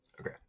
Okay